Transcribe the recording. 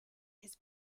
his